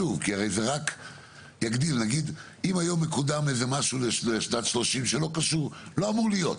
שאם היום מקודם משהו לשנת 2030 שלא אמור להיות,